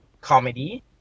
comedy